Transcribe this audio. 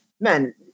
man